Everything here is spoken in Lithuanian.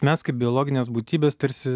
mes kaip biologinės būtybės tarsi